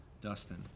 Dustin